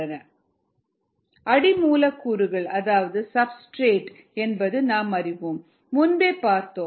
Refer Slide Time 1357 அடி மூலக்கூறுகள் அதாவது சப்ஸ்டிரேட்ஸ் என்பது நாம் அறிவோம் முன்பே பார்த்தோம்